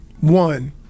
One